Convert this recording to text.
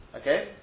Okay